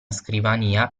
scrivania